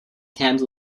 canned